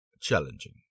challenging